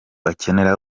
akenera